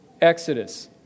Exodus